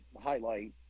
highlight